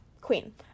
Queen